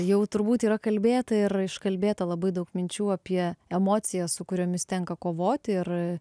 jau turbūt yra kalbėta ir iškalbėta labai daug minčių apie emocijas su kuriomis tenka kovoti ir